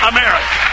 America